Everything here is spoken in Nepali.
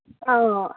अँ